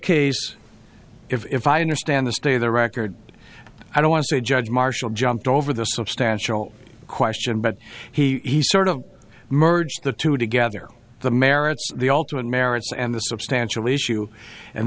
case if i understand the stay the record i don't want to say judge marshall jumped over the substantial question but he sort of merged the two together the merits the ultimate merits and the substantial issue and